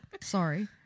Sorry